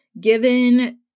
given